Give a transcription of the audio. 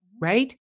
right